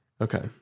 Okay